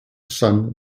sun